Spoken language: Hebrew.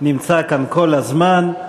נמצא כאן כל הזמן.